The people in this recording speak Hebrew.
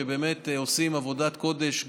שבאמת עושים עבודת קודש,